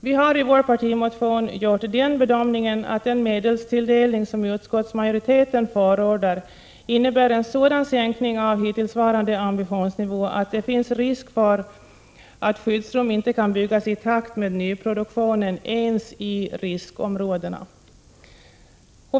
Vi har i vår partimotion gjort den bedömningen att den medelstilldelning som utskottsmajoriteten förordar innebär en sådan sänkning av hittillsvarande ambitionsnivå att det finns risk för att skyddsrum inte kan byggas i takt med nyproduktionen, inte ens i riskområden.